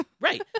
Right